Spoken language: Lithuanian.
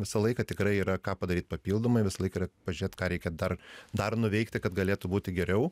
visą laiką tikrai yra ką padaryt papildomai visą laik yra pažiūrėt ką reikia dar dar nuveikti kad galėtų būti geriau